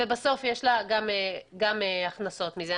ובסוף יש לה גם הכנסות מזה,